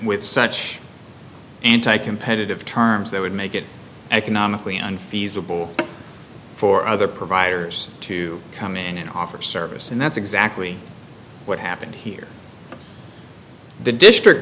with such anti competitive terms that would make it economically unfeasible for other providers to come in and offer a service and that's exactly what happened here the district